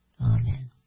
Amen